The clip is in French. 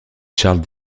charles